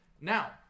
now